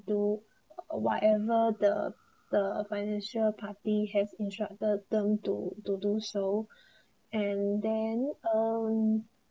do uh whatever the the financial party has instructed them to to do so and then um